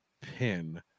pin